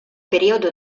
periodo